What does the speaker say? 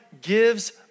gives